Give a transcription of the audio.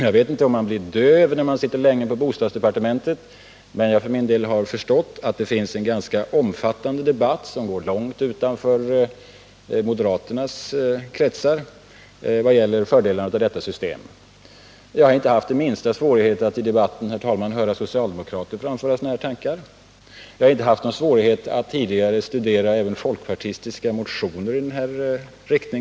Jag vet inte om man blir döv, om man sitter länge i bostadsdepartementet, men för min del har jag förstått att det förs en ganska omfattande debatt långt utanför moderaternas kretsar när det gäller fördelarna med detta system. Jag har, herr talman, inte haft den minsta svårighet att i debatten höra socialdemokrater framföra sådana här tankar. Inte heller har jag haft någon svårighet att t'digare studera även folkpartistiska motioner som haft det här syftet.